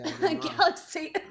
Galaxy